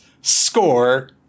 score